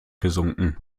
gesunken